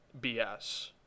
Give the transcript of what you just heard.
BS